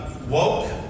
woke